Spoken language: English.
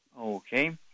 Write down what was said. Okay